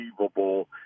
unbelievable